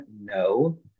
No